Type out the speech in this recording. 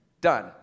Done